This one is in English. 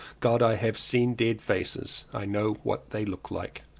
god! i have seen dead faces. i know what they look like.